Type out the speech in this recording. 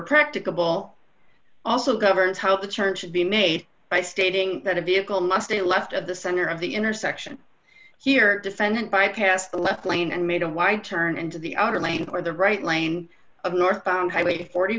practicable also governs hope the church should be made by stating that a vehicle must be left at the center of the intersection here defendant bypass the left lane and made a wide turn into the outer lane or the right lane of northbound highway forty